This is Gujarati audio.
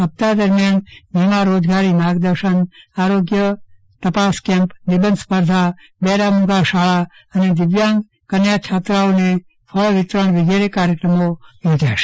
સપ્તાહ દરમિયાન વિવિધ રોજગારી માર્ગદર્શન આરોગ્ય વિભાગ હેઠળ નિંબર સ્પર્ધા બહેરા મુંગા શાળા અને દિવ્યાંગ કન્યા છાાતરાઓને ફળવિતરણ વિગેરે કાર્યક્રમો યોજાયા હતા